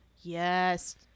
Yes